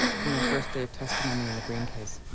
for my first day of testimony in the breen case.